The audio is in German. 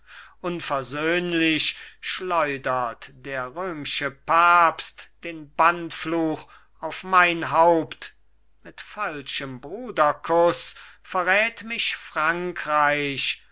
unversöhnlich schleudert der röm'sche papst den bannfluch auf mein haupt mit falschem bruderkuß verrät mich frankreich